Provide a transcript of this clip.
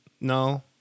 No